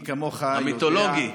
המיתולוגי.